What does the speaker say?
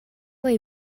hai